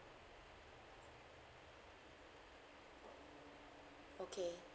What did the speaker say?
okay